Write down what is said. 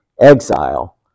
exile